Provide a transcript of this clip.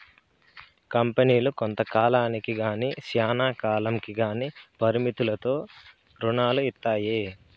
కంపెనీలు కొంత కాలానికి గానీ శ్యానా కాలంకి గానీ పరిమితులతో రుణాలు ఇత్తాయి